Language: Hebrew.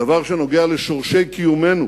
דבר שנוגע בשורשי קיומנו